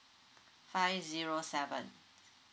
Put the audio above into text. five zero seven